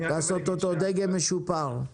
לעשות אותו דגם משופר.